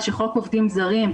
זה עובד בשיטה אחרת לגמרי.